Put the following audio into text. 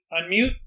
unmute